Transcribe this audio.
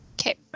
Okay